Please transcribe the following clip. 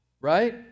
right